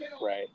Right